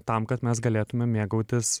tam kad mes galėtume mėgautis